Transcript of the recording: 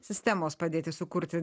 sistemos padėti sukurti